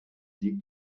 sieg